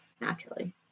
Naturally